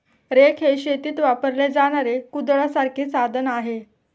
rake हे शेतीत वापरले जाणारे कुदळासारखे साधन आहे